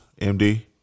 MD